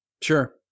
Sure